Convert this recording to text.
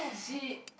shit